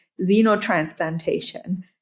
xenotransplantation